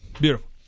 beautiful